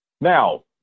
Now